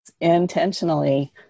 intentionally